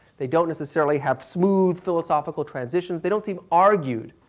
they don't necessarily have smooth philosophical transitions. they don't seem argued.